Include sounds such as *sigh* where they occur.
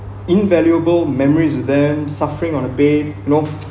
invaluable memories with them suffering on the pain you know *noise*